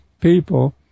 people